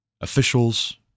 officials